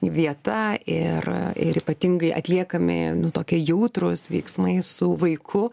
vieta ir ir ypatingai atliekami nu tokie jautrūs veiksmai su vaiku